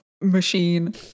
machine